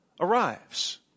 arrives